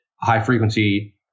high-frequency